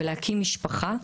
ולהקים משפחה.